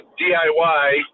DIY